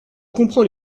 comprends